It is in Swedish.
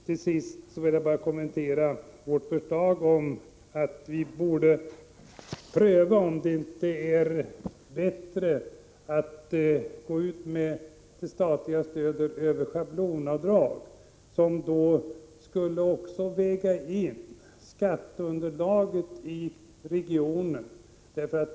Till sist vill jag bara kommentera vårt förslag om att man borde pröva om det inte är bättre att gå ut med det statliga stödet över schablonbidrag, som då skulle väga in skatteunderlaget i regionen.